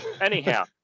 Anyhow